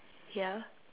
ya